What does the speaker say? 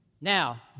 Now